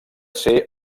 ser